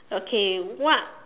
okay what